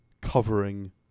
covering